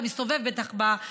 אתה בטח מסתובב ביישובים,